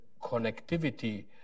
connectivity